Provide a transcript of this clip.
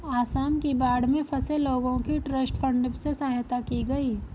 आसाम की बाढ़ में फंसे लोगों की ट्रस्ट फंड से सहायता की गई